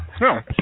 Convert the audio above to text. No